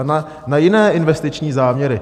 A na jiné investiční záměry.